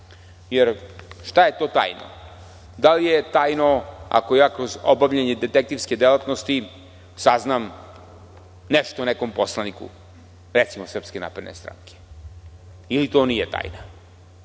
jer šta je to tajna. Da li je tajno ako ja kroz obavljanje detektivske delatnosti saznam nešto o nekom poslaniku, recimo SNS, ili to nije tajna?